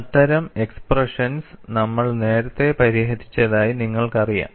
അത്തരം എക്സ്പ്രെഷൻസ് നമ്മൾ നേരത്തെ പരിഹരിച്ചതായി നിങ്ങൾക്കറിയാം